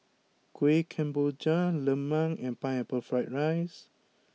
Kuih Kemboja Lemang and Pineapple Fried Rice